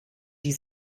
die